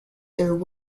through